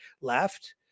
left